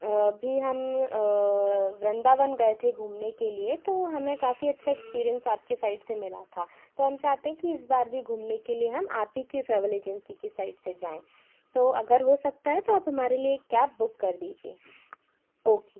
भी हम वृंदावन गए थे घूमने के लिए तो हमें काफ़ी अच्छा एक्सपीरियंस आपके साइड से मिला था तो हम चाहते हैं कि इस बार भी घूमने के लिए हम आप ही की ट्रेवल एजेंसी के साइड से जाएँ तो अगर हो सकता है तो आप हमारे लिए एक कैब बुक कर दीजिए ओके